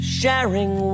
sharing